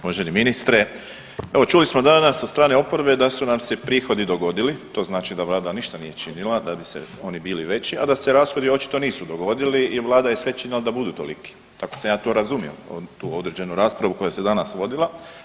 Uvaženi ministre, evo čuli smo danas od strane oporbe da su nam se prihodi dogodili to znači da vlada ništa nije činila da bi se oni bili veći, a da se rashodi očito nisu dogodili i vlada je …/nerazumljivo/… da budu toliki, tako sam ja to razumio tu određenu raspravu koja se danas vodila.